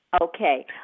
Okay